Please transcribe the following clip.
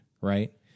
right